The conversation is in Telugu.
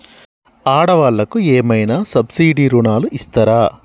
ఆడ వాళ్ళకు ఏమైనా సబ్సిడీ రుణాలు ఇస్తారా?